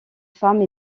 femmes